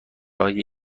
های